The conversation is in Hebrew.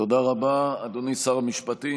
תודה רבה, אדוני שר המשפטים.